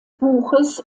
buches